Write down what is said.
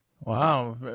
Wow